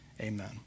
Amen